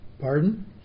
Pardon